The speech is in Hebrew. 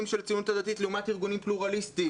של הציונות הדתית לעומת ארגונים פלורליסטים?